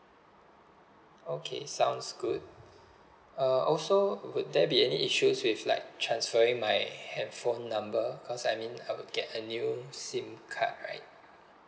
okay sounds good uh also would there be any issues with like transferring my handphone number cause I mean I will get a new SIM card right